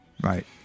Right